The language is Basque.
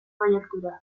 proiektura